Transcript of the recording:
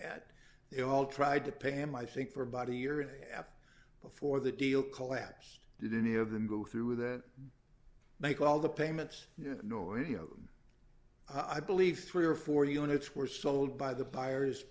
had they all tried to pay him i think for a body year and a half before the deal collapsed did any of them go through with that make all the payments norio i believe three or four units were sold by the buyers